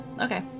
okay